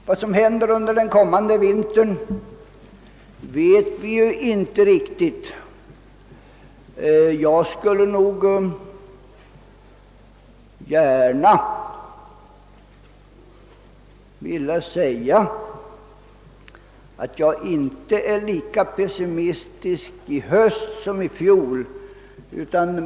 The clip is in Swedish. Vad som skall hända under kommande vinter vet vi inte riktigt, men jag skulle nog vilja säga att jag inte är lika pessimistisk inför hösten som i fjol.